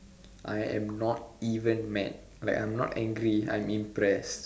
I am not even mad like I'm not angry I'm impressed